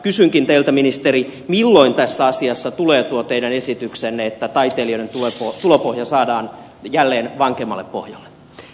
kysynkin teiltä ministeri milloin tässä asiassa tulee tuo teidän esityksenne että taiteilijoiden tulopohja saadaan jälleen vankemmalle pohjalle